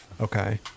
Okay